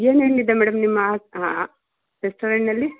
ಏನೇನು ಇದೆ ಮೇಡಮ್ ನಿಮ್ಮ ಹಾಂ ರೆಸ್ಟೋರೆಂಟಿನಲ್ಲಿ